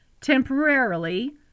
temporarily